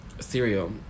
Cereal